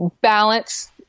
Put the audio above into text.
balance